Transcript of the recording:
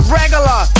regular